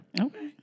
Okay